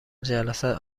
جلسات